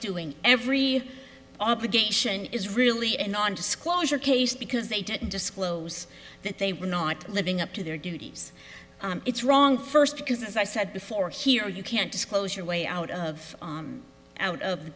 doing every obligation is really a non disclosure case because they didn't disclose that they were not living up to their duties it's wrong first because as i said before here you can't disclose your way out of out of the